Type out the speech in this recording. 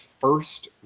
first